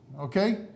okay